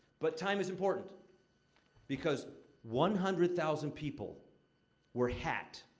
but time is important because one hundred thousand people were hacked